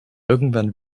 irgendwann